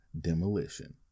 Demolition